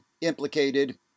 implicated